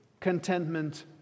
contentment